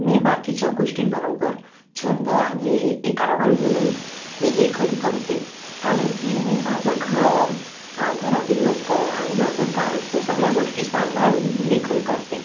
मी बाकीच्या गोष्टींबरोबर छंद आणि एक आवड म्हणून मी लेखन करते कारण की मी माझं घर घरातील लोकं आणि माझं काम हे सगळ्या गोष्टी सांभाळून मी लेखन करते